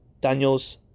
Daniels